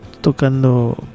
tocando